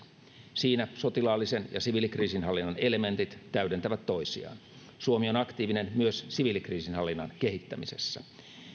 siinä sotilaallisen ja siviilikriisinhallinnan elementit täydentävät toisiaan suomi on aktiivinen myös siviilikriisinhallinnan kehittämisessä